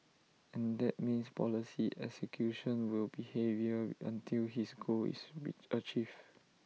and that means policy execution will be heavier until his goal is achieved